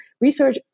research